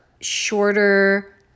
shorter